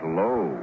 low